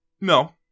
No